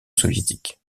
soviétique